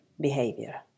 behavior